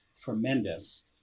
tremendous